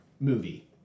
movie